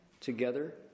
together